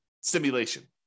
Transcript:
simulation